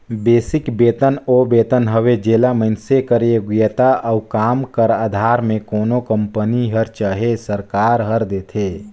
basic बेतन ओ बेतन हवे जेला मइनसे कर योग्यता अउ काम कर अधार में कोनो कंपनी हर चहे सरकार हर देथे